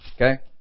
Okay